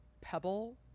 pebble